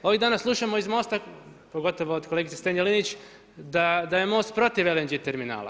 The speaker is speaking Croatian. Ovih dana slušamo iz MOST-a pogotovo od kolegice Strenja Linić da je MOST protiv LNG terminala.